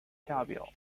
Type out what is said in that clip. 下表